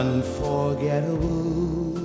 Unforgettable